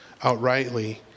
outrightly